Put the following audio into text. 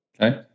okay